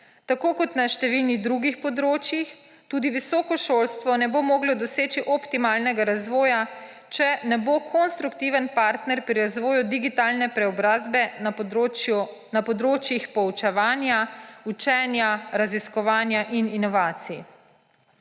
Tako kot na številnih drugih področjih tudi visoko šolstvo ne bo moglo doseči optimalnega razvoja, če ne bo konstruktiven partner pri razvoju digitalne preobrazbe na področjih poučevanja, učenja, raziskovanja in inovacij.